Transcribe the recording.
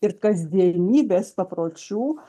ir kasdienybės papročių